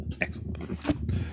Excellent